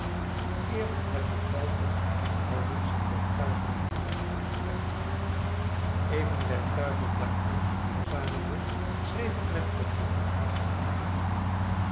eer het bevel tot geheimhouding zich werktuiglijk in mijn hoofd firentte even werktuiglijk daaraan gehoorzamende schreef ik met potlood een briefje aan herbert